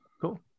Cool